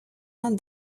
not